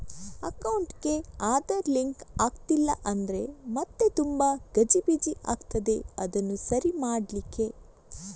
ಅಕೌಂಟಿಗೆ ಆಧಾರ್ ಲಿಂಕ್ ಆಗ್ಲಿಲ್ಲ ಅಂದ್ರೆ ಮತ್ತೆ ತುಂಬಾ ಗಜಿಬಿಜಿ ಆಗ್ತದೆ ಅದನ್ನು ಸರಿ ಮಾಡ್ಲಿಕ್ಕೆ